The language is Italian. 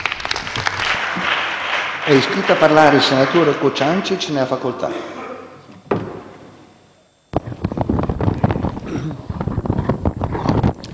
È iscritto a parlare il senatore Chiti. Ne ha facoltà.